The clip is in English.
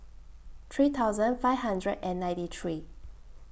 three thousand five hundred and ninety three